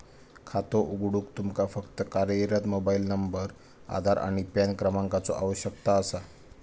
खातो उघडूक तुमका फक्त कार्यरत मोबाइल नंबर, आधार आणि पॅन क्रमांकाचो आवश्यकता असा